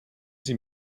sie